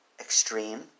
extreme